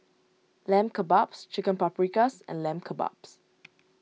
Lamb Kebabs Chicken Paprikas and Lamb Kebabs